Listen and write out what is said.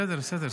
בסדר, בסדר.